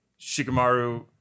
Shikamaru